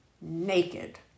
naked